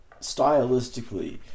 stylistically